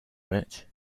which